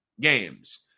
games